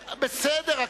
בסדר.